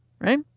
Right